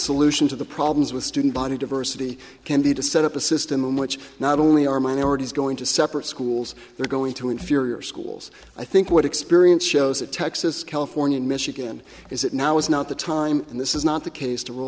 solution to the problems with student body diversity can be to set up a system in which not only are minorities going to separate schools they're going to inferior schools i think what experience shows that texas california michigan is that now is not the time and this is not the case to roll